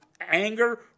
anger